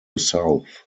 south